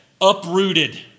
uprooted